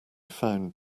found